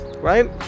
right